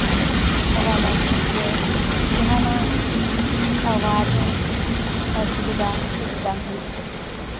ᱦᱟᱣᱟ ᱢᱚᱡᱽ ᱦᱤᱡᱩᱜ ᱛᱮ ᱡᱟᱦᱟᱱᱟᱜ ᱟᱣᱟᱡᱽ ᱚᱥᱩᱵᱤᱫᱷᱟ ᱪᱮᱫ ᱦᱚᱸ ᱵᱟᱝ ᱦᱩᱭᱩᱜ ᱛᱮᱭ